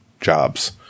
jobs